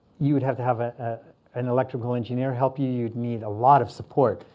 you would have to have an electrical engineer help you. you'd need a lot of support.